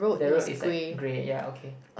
the road is like grey ya okay